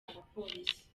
abapolisi